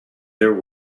their